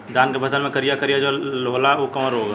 धान के फसल मे करिया करिया जो होला ऊ कवन रोग ह?